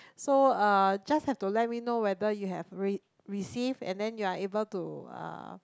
so uh just have to let me know whether you have re~ receive and then you are able to uh